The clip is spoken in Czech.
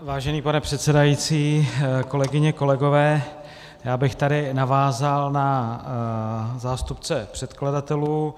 Vážený pane předsedající, kolegyně, kolegové, já bych tady navázal na zástupce předkladatelů.